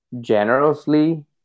generously